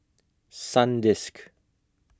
Sandisk